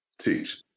Teach